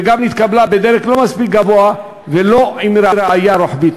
וגם התקבלה בדרג לא מספיק גבוה ולא עם ראייה רוחבית.